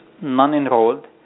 non-enrolled